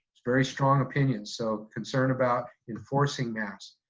very strong opinions, so concern about enforcing masks.